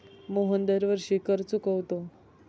मोहन दरवर्षी कर चुकवतो